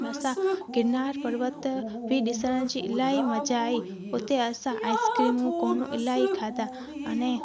असां गिरनार पर्वत बि ॾिसण जी इलाही मज़ा आई उते असां आइस्क्रीमूं कोनूं इलाही खाधा अने